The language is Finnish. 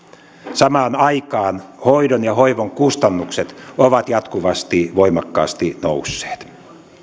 samaan aikaan hoidon ja hoivan kustannukset ovat jatkuvasti voimakkaasti nousseet